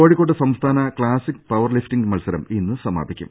കോഴിക്കോട്ട് സംസ്ഥാന classic power lifting മത്സരം ഇന്ന് സമാപിക്കും